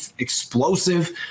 explosive